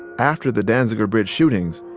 after the danziger bridge shootings,